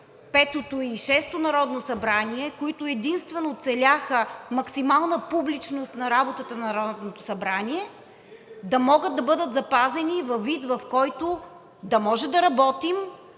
и шестото народно събрание, които единствено целяха максималната публичност при работата на Народното събрание, да могат да бъдат запазени във вида, в който можем да работим